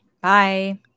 Bye